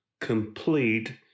complete